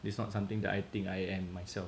it's not something that I think I am myself